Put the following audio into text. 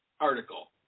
article